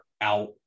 out